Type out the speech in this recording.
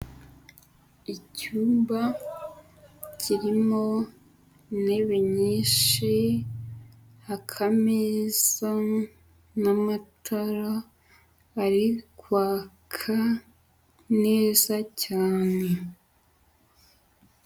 Icyumba kirimo intebe nyinshi, akameza n'amatara ari kwaka neza cyane.